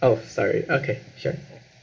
oh sorry okay sure